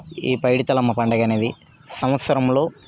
ఈ పైడితల్లమ్మ పండగనేది సంవత్సరంలో